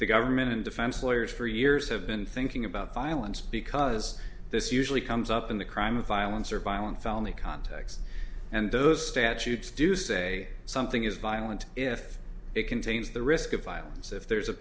the government and defense lawyers for years have been thinking about violence because this usually comes up in the crime of violence or violent felony context and those statutes do say something is violent if it contains the risk of violence if there's a